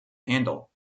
handle